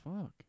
fuck